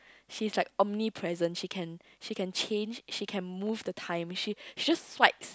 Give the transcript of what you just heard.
she is like omnipresent she can she can change she can move the time she she just swipes